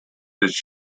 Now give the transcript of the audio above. its